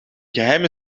geheime